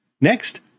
Next